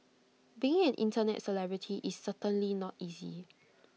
being an Internet celebrity is certainly not easy